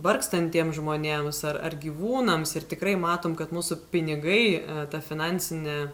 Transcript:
vargstantiem žmonėms ar ar gyvūnams ir tikrai matom kad mūsų pinigai ta finansinė